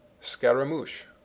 Scaramouche